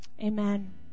Amen